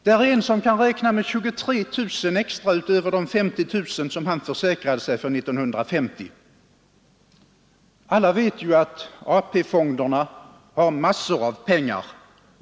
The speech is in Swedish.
Där är en som kan räkna med 23 000 kronor extra utöver de 50 000 kronor som han försäkrade sig för år 1950. Alla vet ju att AP-fonderna har massor av pengar.